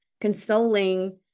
consoling